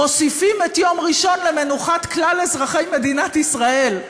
מוסיפים את יום ראשון למנוחת כלל אזרחי מדינת ישראל.